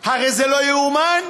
הרי זה לא ייאמן.